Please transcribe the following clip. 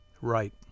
right